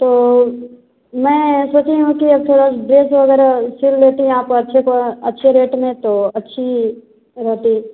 तो मैं सोच रही हूँ कि आप थोड़ा ड्रेस वगैरह सील लेते हैं आप अच्छे तो अच्छे रेट में तो अच्छी रहती